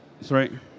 Sorry